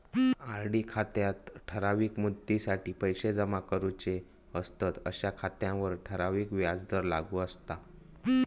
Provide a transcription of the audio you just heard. RD खात्यात ठराविक मुदतीसाठी पैशे जमा करूचे असतंत अशा खात्यांवर ठराविक व्याजदर लागू असता